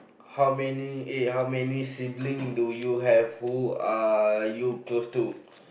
how many eh how many siblings do you have who are you close to